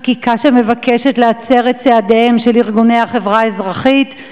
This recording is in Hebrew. חקיקה שמבקשת להצר את צעדיהם של ארגוני החברה האזרחית,